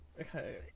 okay